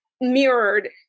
mirrored